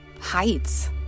heights